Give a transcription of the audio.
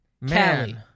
Man